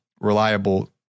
reliable